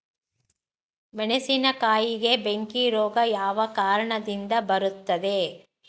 ಮೆಣಸಿನಕಾಯಿಗೆ ಬೆಂಕಿ ರೋಗ ಯಾವ ಕಾರಣದಿಂದ ಬರುತ್ತದೆ?